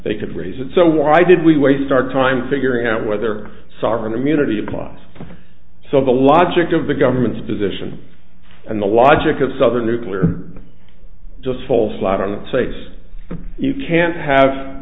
they could raise it so why did we waste our time figuring out whether sovereign immunity applies so the logic of the government's position and the logic of southern nuclear just fall flat on its face you can't have